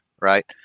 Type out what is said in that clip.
Right